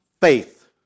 faith